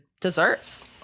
desserts